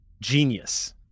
genius